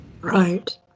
right